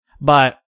but-